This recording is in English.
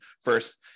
first